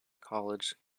college